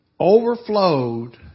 overflowed